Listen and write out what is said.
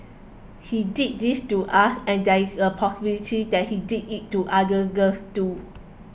he did this to us and there is a possibility that he did it to other girls too